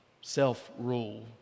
self-rule